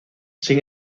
sin